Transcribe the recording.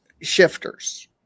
shifters